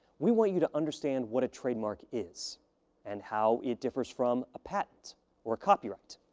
we want you to understand what a trademark is and how it differs from a patent or copyright.